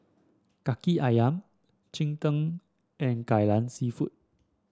kaki ayam Cheng Tng and Kai Lan seafood